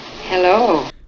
hello